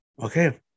Okay